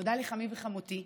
תודה לחמי ולחמותי,